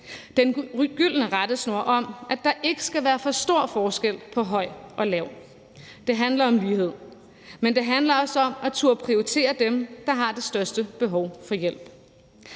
den gyldne rettesnor om, at der ikke skal være for stor forskel på høj og lav. Det handler om lighed, men det handler også om at turde prioritere dem, der har det største behov for hjælp.